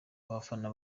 abafana